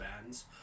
bands